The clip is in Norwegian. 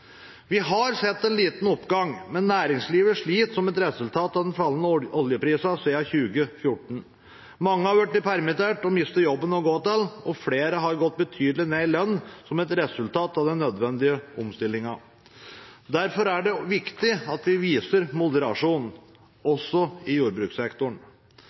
Vi har sett en liten oppgang, men næringslivet sliter som et resultat av den fallende oljeprisen, siden 2014. Mange har blitt permittert og mistet jobben å gå til, og flere har gått betydelig ned i lønn som et resultat av den nødvendige omstillingen. Derfor er det viktig at vi viser moderasjon, også i jordbrukssektoren.